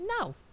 no